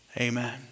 amen